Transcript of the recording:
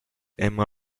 emma